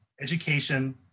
education